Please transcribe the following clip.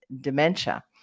dementia